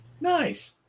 Nice